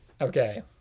Okay